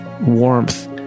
warmth